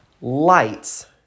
lights